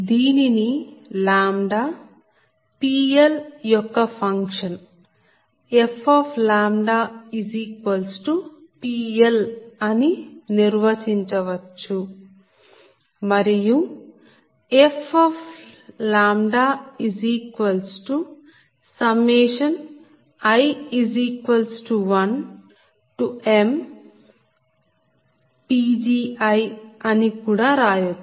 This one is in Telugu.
దీనిని λ PL యొక్క ఫంక్షన్ fPL అని నిర్వచించవచ్చు మరియు fi1mPgi అని కూడా రాయచ్చు